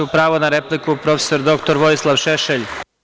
Pravo na repliku, prof. dr Vojislav Šešelj.